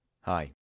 Hi